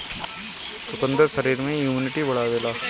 चुकंदर शरीर में इमुनिटी बढ़ावेला